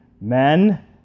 men